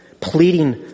pleading